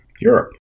Europe